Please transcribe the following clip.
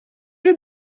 did